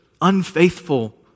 unfaithful